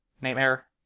Nightmare